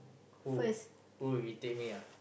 who who irritate me ah